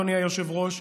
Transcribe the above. אדוני היושב-ראש,